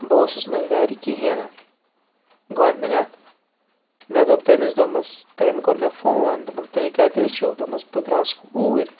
بہٕ اوسُس نہٕ گَرِ کِہیٖنۍ نہٕ گۄڈٕنٮ۪تھ مےٚ دوٚپ تٔمِس دوٚپمَس تٔمۍ کوٚر مےٚ فون دوٚپُن تُہۍ کَتہِ حظ چھُو دوٚپمَس بہٕ درٛاس اوٗرۍ